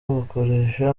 bakoresha